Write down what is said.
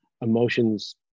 emotions